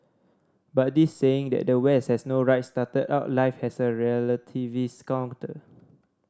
but this saying that the West has no right started out life has a relativists counter